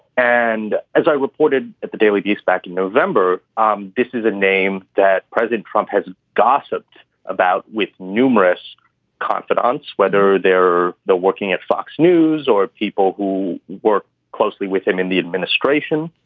and as i reported at the daily beast back in november, um this is a name that president trump has gossiped about with numerous confidants, whether they're working at fox news or people who work closely with him in the administration.